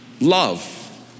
Love